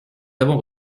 avons